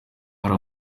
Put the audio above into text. hari